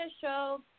show